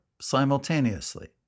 simultaneously